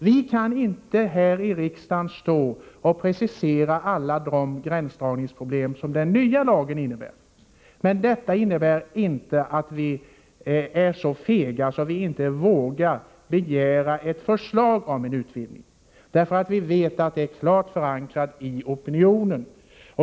Vi kan inte i riksdagen precisera alla de gränsdragningsproblem som den nya lagen kan innebära. Detta betyder inte att vi är så fega att vi inte vågar begära ett förslag om en utvidgning. Vi vet att frågan är klart förankrad i opinionen.